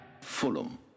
Fulham